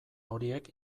horiek